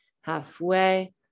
Halfway